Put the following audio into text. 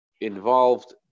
involved